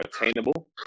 attainable